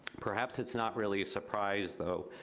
perhaps it's not really a surprise though,